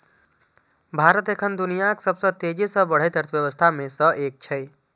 भारत एखन दुनियाक सबसं तेजी सं बढ़ैत अर्थव्यवस्था मे सं एक छै